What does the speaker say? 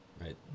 right